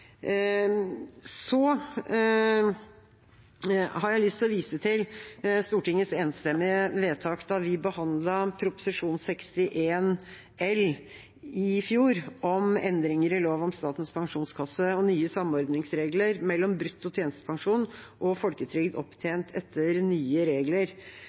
har også lyst til å vise til Stortingets enstemmige vedtak da vi behandlet Prop. 61 L i fjor, om endringer i lov om Statens pensjonskasse og nye samordningsregler mellom brutto tjenestepensjon og folketrygd opptjent etter nye regler.